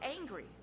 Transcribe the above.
angry